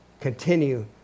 Continue